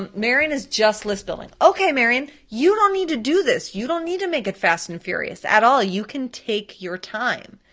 um marian is just list building. okay marian, you don't need to do this. you don't need to make it fast and furious at all, you can take your time,